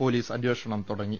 police അന്വേഷണം തുടങ്ങി